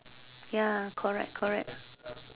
ya correct correct